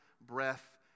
breath